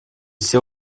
все